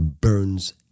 burns